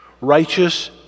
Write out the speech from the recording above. Righteous